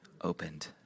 opened